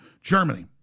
Germany